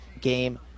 game